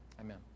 Amen